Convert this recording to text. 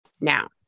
Now